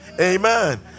amen